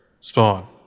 spawn